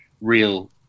real